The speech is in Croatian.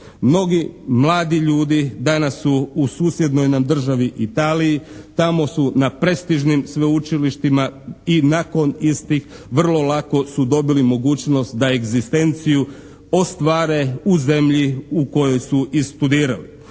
Mnogi mladi ljudi danas su u susjednoj nam državi Italiji, tamo su na prestižnim sveučilištima i nakon istih vrlo lako su dobili mogućnost da egzistenciju ostvare u zemlji u kojoj su i studirali.